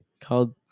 Called